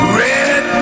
red